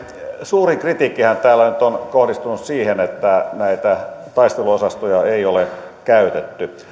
suurin kritiikkihän täällä nyt on kohdistunut siihen että näitä taisteluosastoja ei ole käytetty